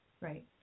Right